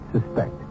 suspect